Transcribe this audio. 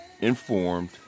informed